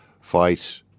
fight